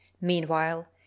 Meanwhile